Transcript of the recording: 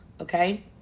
okay